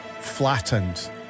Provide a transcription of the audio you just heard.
Flattened